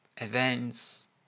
events